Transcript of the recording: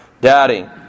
Daddy